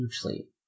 hugely